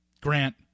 Grant